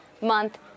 month